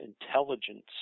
intelligence